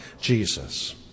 Jesus